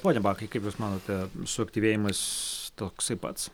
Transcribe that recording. pone bakai kaip jūs manote suaktyvėjimas toksai pats